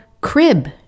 Crib